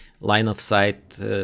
line-of-sight